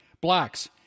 blacks